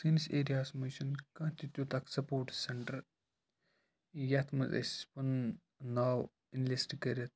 سٲنِس ایریاہَس منٛز چھُ نہٕ کانٛہہ تہِ تیُتھ اَکھ سَپوٹٕس سیٚنٹَر یَتھ منٛز أسۍ پَنُن ناو اِنلِسٹہٕ کٔرِتھ